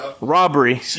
Robbery